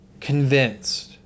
convinced